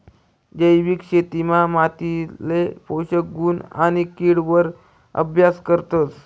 जैविक शेतीमा मातीले पोषक गुण आणि किड वर अभ्यास करतस